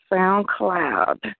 SoundCloud